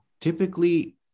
typically